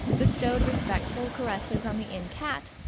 bestowed respectful caresses on the inn cat.